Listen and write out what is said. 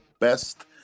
best